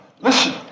Listen